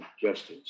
justice